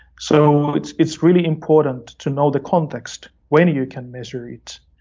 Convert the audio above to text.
so it's it's really important to know the context when you can measure it,